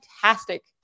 fantastic